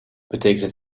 betekent